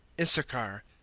Issachar